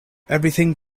everything